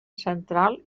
central